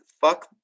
fuck